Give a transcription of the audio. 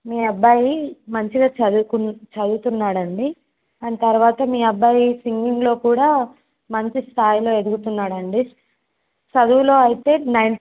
మీ అబ్బాయి మంచిగా చదువుకుం చదువుతున్నాడు అండి అండ్ తర్వాత మీ అబ్బాయి సింగింగ్లో కూడా మంచి స్థాయిలో ఎదుగుతున్నాడు అండి చదువులో అయితే నైన్